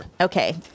Okay